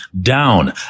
down